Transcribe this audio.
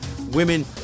Women